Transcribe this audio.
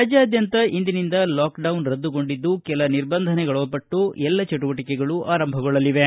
ರಾಜ್ಯಾದ್ಯಂತ ಇಂದಿನಿಂದ ಲಾಕ್ಡೌನ್ ರದ್ದುಗೊಂಡಿದ್ದು ಕೆಲ ನಿರ್ಬಂಧನಗೊಳಪಟ್ಟು ಎಲ್ಲ ಚಟುವಟಿಕೆಗಳು ಆರಂಭಗೊಳ್ಳಲಿವೆ